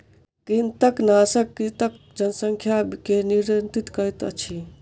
कृंतकनाशक कृंतकक जनसंख्या वृद्धि के नियंत्रित करैत अछि